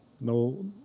No